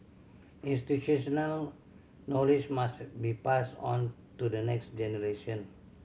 institutional knowledge must be passed on to the next generation